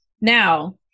now